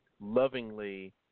lovingly